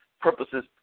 purposes